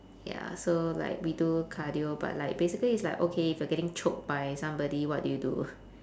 ya so like we do cardio but like basically it's like okay if you're getting choked by somebody what do you do